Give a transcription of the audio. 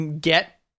get